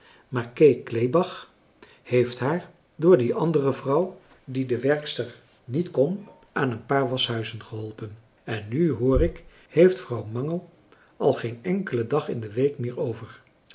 kleebach heeft haar door die andere vrouw die de werkster françois haverschmidt familie en kennissen niet kon aan een paar waschhuizen geholpen en nu hoor ik heeft vrouw mangel al geen enkelen dag in de week meer over